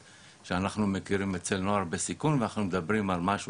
שאנחנו מכירים אצל נוער בסיכון ואנחנו מדברים על משהו